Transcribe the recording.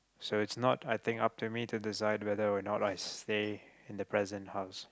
so it's not I think up to me to decide whether or not I stay in the present house